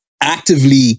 actively